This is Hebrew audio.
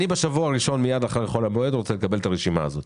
אני בשבוע הראשון מיד אחרי חול המועד רוצה לקבל את הרשימה הזאת,